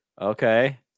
okay